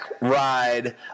ride